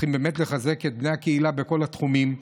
צריכים באמת לחזק את בני הקהילה בכל התחומים.